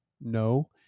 No